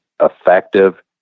effective